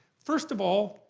first of all,